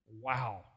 Wow